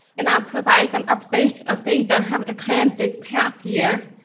and i'll provide some updates of things that have occurred this past year,